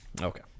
okay